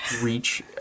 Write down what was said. reach